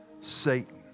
Satan